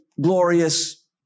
glorious